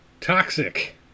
Toxic